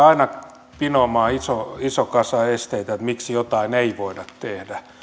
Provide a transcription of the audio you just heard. aina pinoamaan ison kasan esteitä miksi jotain ei voida tehdä mutta